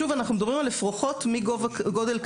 שוב, אנחנו מדברים על אפרוחות מגודל כזה.